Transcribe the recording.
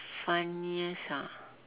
funniest ah